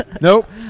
Nope